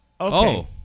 Okay